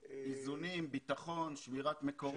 איזונים, ביטחון, שמירת מקורות.